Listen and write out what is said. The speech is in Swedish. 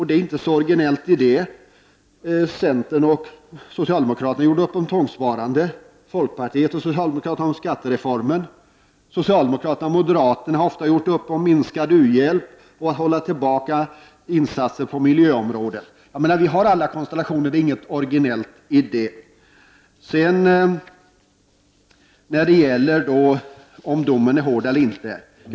Det är inte särskilt orginellt. Socialdemokraterna och moderaterna har ofta gjort upp om minskad uhjälp och att hålla tillbaka insatser på miljöområdet. Vi har alla konstellationer, det är inget orginellt i det. Är domen hård eller inte?